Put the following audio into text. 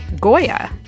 Goya